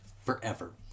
forever